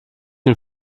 den